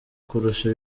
kurusha